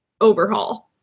overhaul